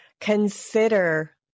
consider